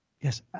Yes